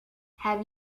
have